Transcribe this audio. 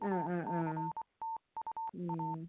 ആ ആ ആ